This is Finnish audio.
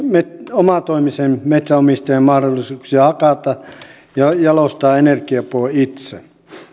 omatoimisen metsänomistajan mahdollisuuksia hakata ja jalostaa energiapuu itse